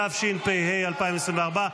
התשפ"ה 2024,